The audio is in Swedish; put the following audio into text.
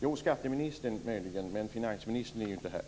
Möjligen kan skatteministern göra det, men finansministern är inte här.